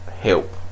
help